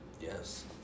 yes